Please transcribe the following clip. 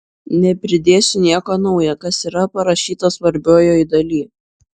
nepridėsiu nieko naujo kas yra parašyta svarbiojoj daly